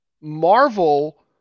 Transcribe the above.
Marvel